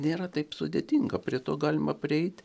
nėra taip sudėtinga prie to galima prieit